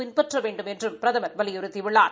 பின்பற்ற வேண்டுமென்றும் பிரதமர் வலியுறுத்தியுள்ளார்